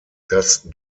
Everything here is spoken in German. das